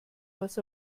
was